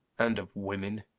and of women